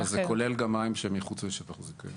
זה כולל גם מים שהם מחוץ לשטח הזיכיון.